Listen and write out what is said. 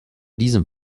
diesem